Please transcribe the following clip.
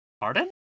Pardon